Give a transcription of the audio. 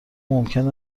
ممکن